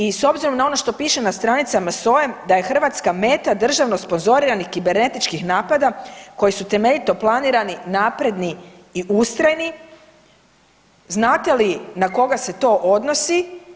I s obzirom na ono što piše na stranicama SOA-e da je Hrvatska meta državno sponzoriranih kibernetičkih napada koji su temeljito planirani, napredni i ustrajni, znate li na koga se to odnosi?